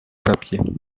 papier